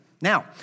Now